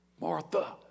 Martha